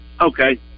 Okay